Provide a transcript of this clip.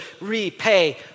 repay